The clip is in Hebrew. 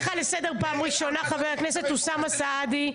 לסדר פעם ראשונה, חבר הכנסת אוסאמה סעדי.